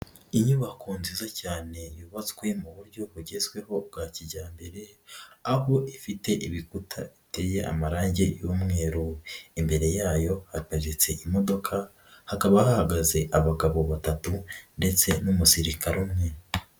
Inyubako nziza cyane yubakwe mu buryo bugezweho bwa kijyambere, aho ifite ibikuta iteye amarangi y'umweru, imbere yayo hapagetse imodoka, hakaba hahagaze abagabo batatu ndetse n'umusirikare umwe.